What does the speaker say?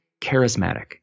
charismatic